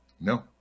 No